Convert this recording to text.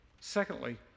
Secondly